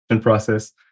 process